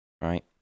right